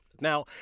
Now